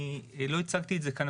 אני לא הצגתי את זה כאן,